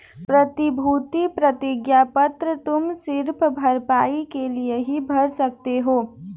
प्रतिभूति प्रतिज्ञा पत्र तुम सिर्फ भरपाई के लिए ही भर सकते हो